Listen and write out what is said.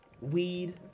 weed